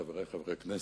חברי חברי הכנסת,